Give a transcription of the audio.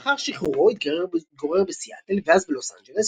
לאחר שחרורו התגורר בסיאטל ואז בלוס אנג'לס,